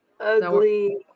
ugly